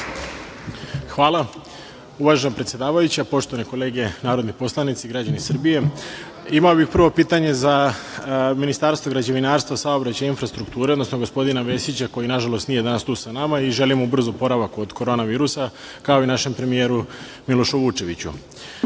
Hvala, uvažena predsedavajuća. Poštovane kolege narodni poslanici, građani Srbije, imao bih prvo pitanje za Ministarstvo građevinarstva, saobraćaja i infrastrukture, odnosno gospodina Vesića koji, nažalost, nije danas tu sa nama i želim mu brz oporavak od korona virusa, kao i našem premijeru Milošu Vučeviću. Od